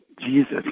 Jesus